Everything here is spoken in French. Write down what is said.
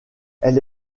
elle